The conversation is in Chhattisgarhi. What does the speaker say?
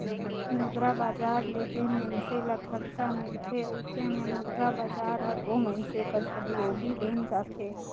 मुद्रा बजार ले जेन मइनसे ल खरजा मिलथे अइसे में मुद्रा बजार हर ओ मइनसे कर सहयोगी बइन जाथे